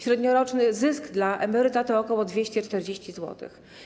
Średnioroczny zysk dla emeryta to ok. 240 zł.